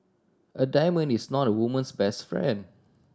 a diamond is not a woman's best friend